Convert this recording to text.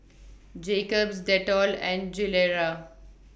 Jacob's Dettol and Gilera